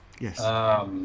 Yes